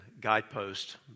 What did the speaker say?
Guidepost